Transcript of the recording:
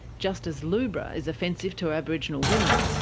just as lubra is offensive to aboriginal women,